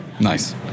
Nice